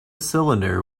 cylinder